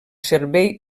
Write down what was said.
servei